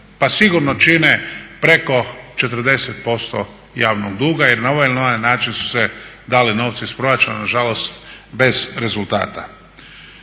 pa sigurno čine preko 40% javnog duga jer na ovaj ili onaj način su se dali novci iz proračuna nažalost bez rezultata.